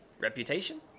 Reputation